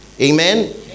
Amen